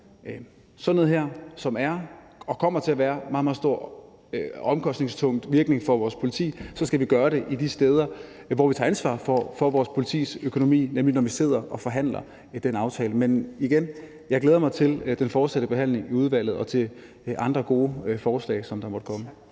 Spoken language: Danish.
sådan noget her, som har og kommer til at have en meget, meget stor og omkostningstung virkning for vores politi, så skal vi gøre det de steder, hvor vi tager ansvar for vores politis økonomi, nemlig når vi sidder og forhandler den aftale. Men igen vil jeg sige, at jeg glæder mig til den fortsatte behandling i udvalget og til andre gode forslag, som der måtte komme.